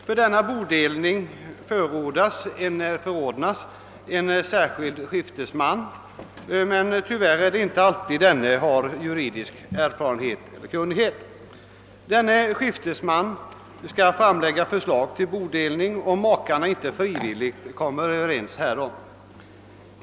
För denna bodelning förordnas en särskild skiftesman, men tyvärr har denne inte alltid juridisk erfarenhet eller kunnighet. Denne skiftesman skall framlägga förslag till bodelning om makarna inte frivilligt kommer överens härom.